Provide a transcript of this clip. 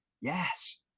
yes